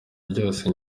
ryose